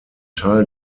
teil